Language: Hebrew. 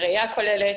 בראייה כוללת.